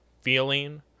feeling